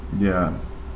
ya